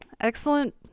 excellent